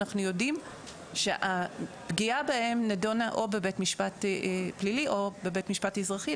אנחנו יודעים שהפגיעה בהם נדונה או בבית משפט פלילי או בבית משפט אזרחי.